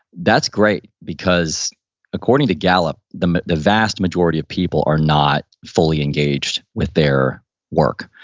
that's great because according to gallup, the the vast majority of people are not fully engaged with their work.